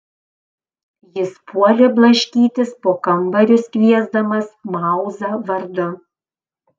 jis puolė blaškytis po kambarius kviesdamas mauzą vardu